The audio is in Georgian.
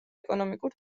ეკონომიკურ